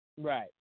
Right